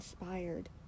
inspired